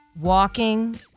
walking